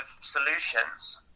solutions